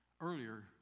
earlier